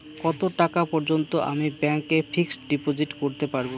কত টাকা পর্যন্ত আমি ব্যাংক এ ফিক্সড ডিপোজিট করতে পারবো?